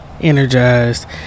energized